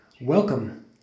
Welcome